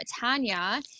Tanya